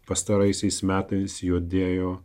pastaraisiais metais judėjo